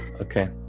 Okay